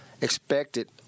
expected